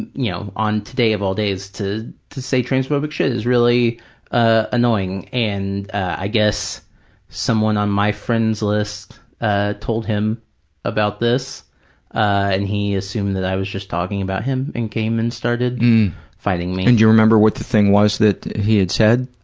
you know on today of all days, to to say transphobic shit is really ah annoying, and i guess someone on my friends list ah told him about this and he assumed that i was just talking about him and came and started fighting me. and do you remember what the thing was that he had said